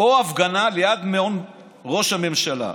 "ליד מעונו של ראש הממשלה.